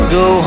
go